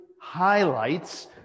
highlights